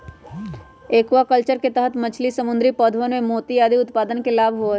aquaculture के तहद मछली, समुद्री पौधवन एवं मोती आदि उत्पादन के लाभ होबा हई